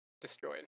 destroyed